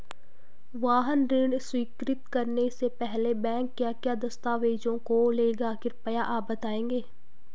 वाहन ऋण स्वीकृति करने से पहले बैंक क्या क्या दस्तावेज़ों को लेगा कृपया आप बताएँगे?